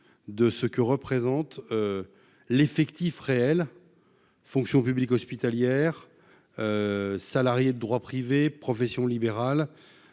de ce que représente l'effectif réel fonction publique hospitalière salariés de droit privé, profession volons